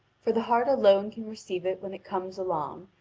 for the heart alone can receive it when it comes along,